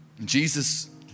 Jesus